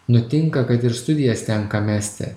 nutinka kad ir studijas tenka mesti